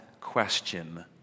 question